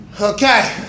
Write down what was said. Okay